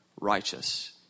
righteous